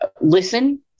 listen